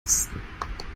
besten